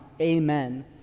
amen